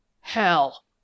Hell